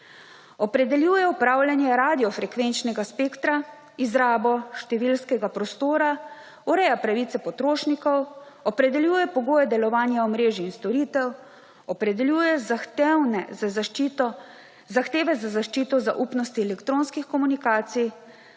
Opredeljuje upravljanje radiofrekvenčnega spektra, izrabo številskega prostora, ureja pravice potrošnikov, opredeljuje pogoje delovanja omrežij in storitev, opredeljuje zahteve za zaščito zaupnosti elektronskih komunikacij,